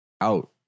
out